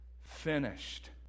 finished